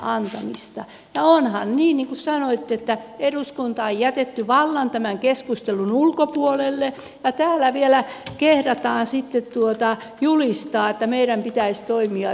onhan niin niin kuin sanoitte että eduskunta on jätetty vallan tämän keskustelun ulkopuolelle ja täällä vielä kehdataan sitten julistaa että meidän pitäisi toimia yhtenäisesti